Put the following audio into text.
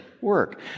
work